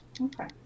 Okay